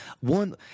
one